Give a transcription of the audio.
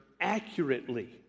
accurately